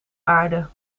aarde